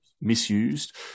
misused